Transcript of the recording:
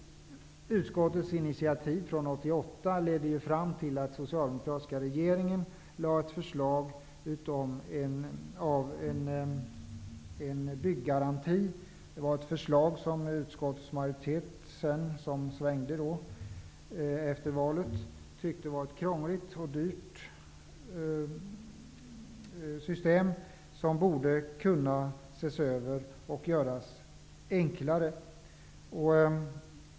Utskottets initiativ från 1988 ledde till att den socialdemokratiska regeringen lade fram ett förslag om en byggaranti. Det var ett förslag som utskottets majoritet, som svängde efter valet, tyckte innebar ett krångligt och dyrt system som borde kunna ses över och göras enklare.